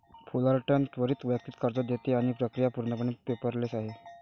Fullerton त्वरित वैयक्तिक कर्ज देते आणि प्रक्रिया पूर्णपणे पेपरलेस आहे